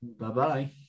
Bye-bye